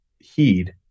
Heed